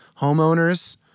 Homeowners